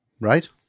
Right